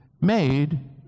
made